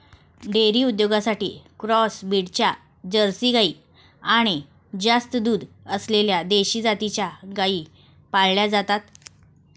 dairy उद्योगासाठी cross ब्रीडच्या Jersey गाई आणि जास्त दूध असलेल्या देशी जातीच्या गायी पाळल्या जातात